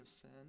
sin